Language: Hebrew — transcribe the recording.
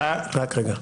רגע.